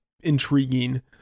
intriguing